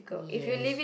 yes